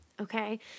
Okay